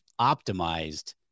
optimized